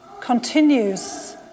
continues